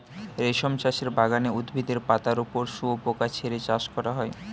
রেশম চাষের বাগানে উদ্ভিদের পাতার ওপর শুয়োপোকা ছেড়ে চাষ করা হয়